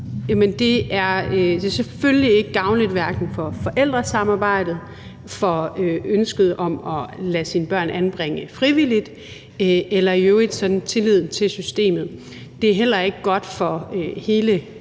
er selvfølgelig ikke gavnligt for hverken forældresamarbejdet, for ønsket om at lade sine børn anbringe frivilligt eller i øvrigt for sådan tilliden til systemet. Det er heller ikke godt for hele muligheden